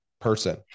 person